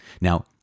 Now